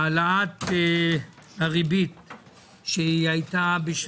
העלאת הריבית שהייתה,